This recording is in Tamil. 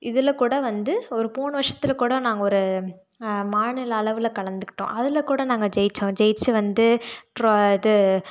இதில்க்கூட வந்து ஒரு போன வருஷத்தில் கூட நாங்கள் ஒரு மாநில அளவில் கலந்துக்கிட்டோம் அதில் கூட நாங்கள் ஜெயித்தோம் ஜெயித்து வந்து ட்ரோ இது